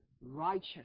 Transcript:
righteous